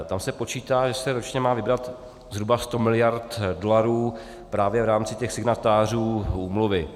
Tam se počítá, že se ročně má vybrat zhruba 100 mld. dolarů právě v rámci těch signatářů úmluvy.